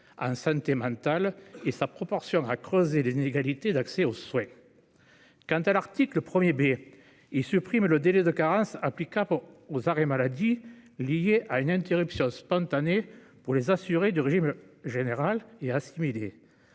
en santé mentale et sa propension à creuser les inégalités d'accès aux soins. Quant à l'article 1 B, il prévoit la suppression du délai de carence applicable aux arrêts maladie liés à une interruption spontanée pour les assurées du régime général et assimilées,